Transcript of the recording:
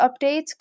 updates